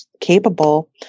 capable